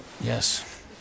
yes